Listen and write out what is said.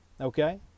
Okay